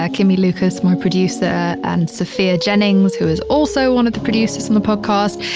ah kimmie lucas, my producer and sophia jennings, who is also one of the producers in the podcast.